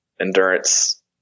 endurance